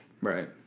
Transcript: Right